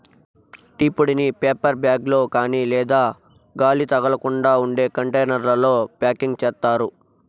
tea పొడిని paper bag లో కాని లేదా గాలి తగలకుండా ఉండే కంటైనర్లలో ప్యాకింగ్ చేత్తారు